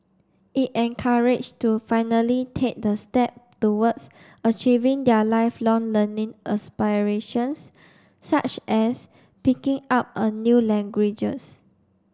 it encouraged to finally take the step towards achieving their lifelong learning aspirations such as picking up a new languages